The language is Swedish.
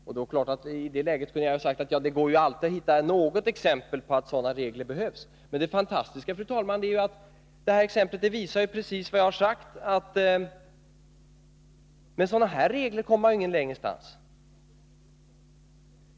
I det läget kunde jag ju ha sagt att det alltid går att hitta något exempel på att sådana regler behövs. Men det fantastiska är ju, fru talman, att exemplet visar precis vad jag har sagt, nämligen att med sådana här regler kommer man ingen längre bit.